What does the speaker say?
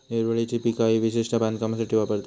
हिरवळीची पिका ही विशेषता बांधकामासाठी वापरतत